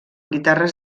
guitarres